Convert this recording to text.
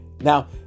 now